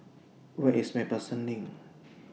Where IS MacPherson Lane